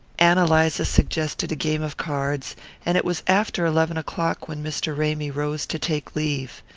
ann eliza suggested a game of cards and it was after eleven o'clock when mr. ramy rose to take leave.